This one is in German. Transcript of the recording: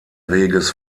reges